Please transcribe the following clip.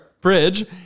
bridge